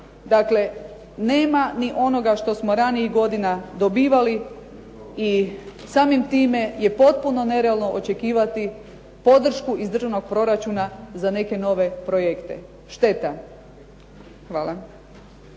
Dakle, nema ni onoga što smo i ranijih godina dobivali i samim time je potpuno nerealno očekivati podršku iz državnog proračuna za neke nove projekte. Šteta. Hvala.